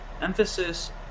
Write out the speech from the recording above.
emphasis